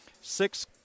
Six